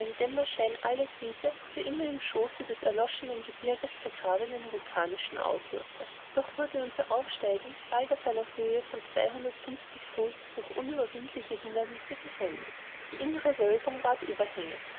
dämmerschein alle diese für immer im schoße des erloschenen gebirges vergrabenen vulkanischen auswürfe doch wurde unser aufsteigen bald auf einer höhe von etwa zweihundertfünfzig fuß durch unüberwindliche hindernisse gehemmt die innere wölbung ward überhängend